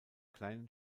kleinen